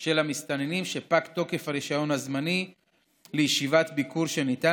של המסתננים שפג תוקף הרישיון הזמני לישיבת ביקור שניתן